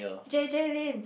J_J Lin